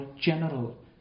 general